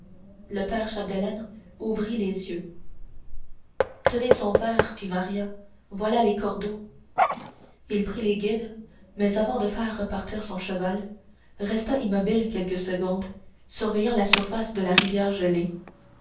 le père chapdelaine ouvrit les yeux tenez son père fit maria voilà les cordeaux il prit les guides mais avant de faire repartir son cheval resta immobile quelques secondes surveillant la surface de la rivière gelée